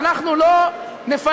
אנחנו לא נפנה,